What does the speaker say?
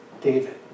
David